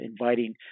inviting